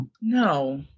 No